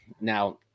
now